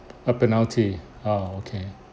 a penalty ah okay